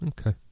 Okay